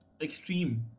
extreme